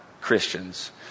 Christians